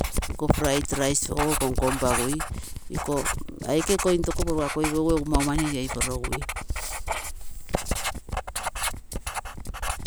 Iko pride rice ogo komkompagui iko aike intoko porugakoi pagu egu mau mani toi porogui.